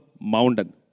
mountain